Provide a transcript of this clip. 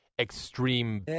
extreme